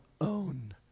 own